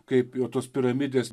kaip jau tos piramidės